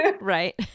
Right